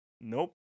Nope